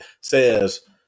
says